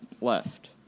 left